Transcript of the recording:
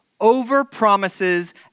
over-promises